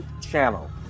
channel